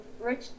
Rich